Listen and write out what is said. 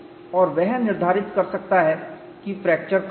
और वह निर्धारित कर सकता है कि फ्रैक्चर कब होगा